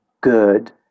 good